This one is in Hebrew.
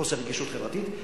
בחוסר רגישות חברתית,